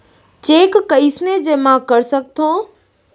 Cheque कईसने जेमा कर सकथो?